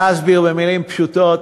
להסביר במילים פשוטות: